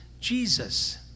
Jesus